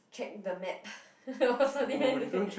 check the map or something like that